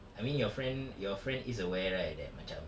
I mean your friend your friend is aware right that macam